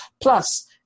plus